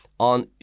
On